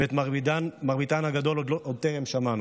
ואת מרביתן הגדול עוד טרם שמענו,